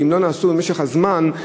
ואם לא נעשו במשך הזמן,